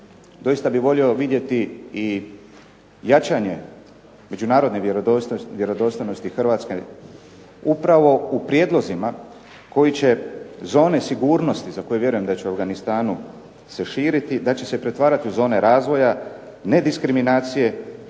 Doista bih volio vidjeti i jačanje međunarodne vjerodostojnosti Hrvatske upravo u prijedlozima koji će zone sigurnosti za koje vjerujem da će u Afganistanu se širiti, da će se pretvarati u zone razvoja, nediskriminacije